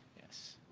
yes.